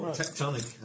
tectonic